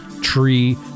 Tree